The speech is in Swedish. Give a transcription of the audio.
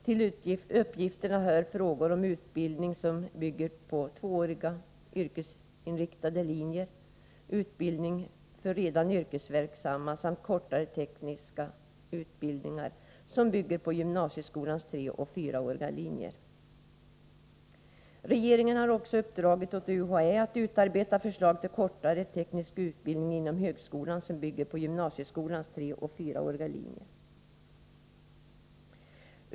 Till uppgifterna hör frågor om utbildning som bygger på tvååriga yrkesinriktade linjer, utbildning för redan yrkesverksamma samt kortare tekniska utbildningar som bygger på gymnasieskolans treoch fyraåriga linjer. Regeringen har också uppdragit åt UHÄ att utarbeta förslag till kortare teknisk utbildning inom högskolan som bygger på gymnasieskolans treoch fyraåriga linjer.